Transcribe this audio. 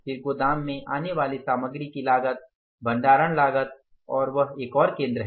फिर गोदाम में आने वाली सामग्री की लागत भंडारण लागत और वह एक और केंद्र है